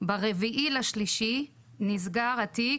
ב-4.3 נסגר התיק,